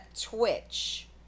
Twitch